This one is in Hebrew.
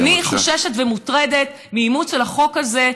אני חוששת ומוטרדת מאימוץ של החוק הזה,